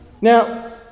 Now